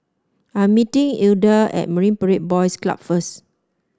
I am meeting Ilda at Marine Parade Boys Club first